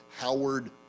Howard